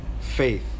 faith